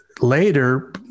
later